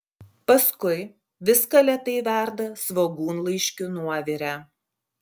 paskui viską lėtai verda svogūnlaiškių nuovire